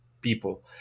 people